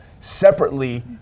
separately